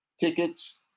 Tickets